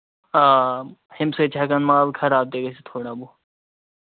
آ ہُمہِ سۭتۍ چھِ ہٮ۪کان مال خراب تہِ گژھِتھ تھوڑا بہت